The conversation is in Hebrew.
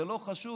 זה לא חשוב.